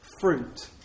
fruit